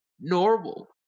normal